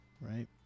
right